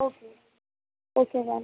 okay okay ma'am